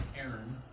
Aaron